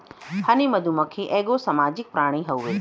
हनी मधुमक्खी एगो सामाजिक प्राणी हउवे